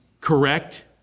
correct